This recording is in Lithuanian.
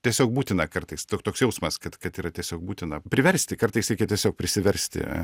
tiesiog būtina kartais tok toks jausmas kad kad yra tiesiog būtina priversti kartais reikia tiesiog prisiversti